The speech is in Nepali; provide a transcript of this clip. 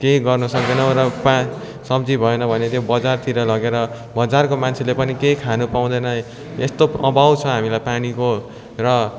केही गर्न सक्दैनौँ र पा सब्जी भएन भने त्यो बजारतिर लगेर बजारको मान्छेले पनि केही खानु पाउँदैन यस्तो अभाव छ हामीलाई पानीको र